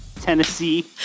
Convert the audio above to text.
Tennessee